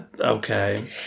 okay